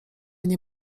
nie